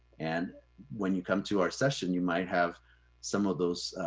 and when you come to our session, you might have some of those